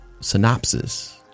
Synopsis